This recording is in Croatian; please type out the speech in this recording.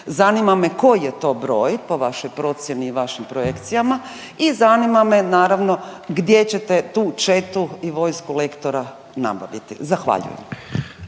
Zanima me koji je to broj po vašoj procjeni i vašim projekcijama i zanima me naravno gdje ćete tu četu i vojsku lektora nabaviti. Zahvaljujem.